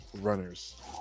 runners